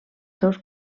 seus